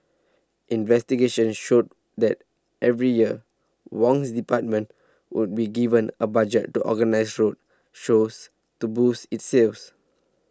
investigation showed that every year Wong's department would be given a budget to organise road shows to boost its sales